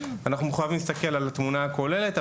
אנחנו מחויבים להסתכל על התמונה הכוללת.